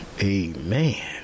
amen